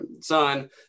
son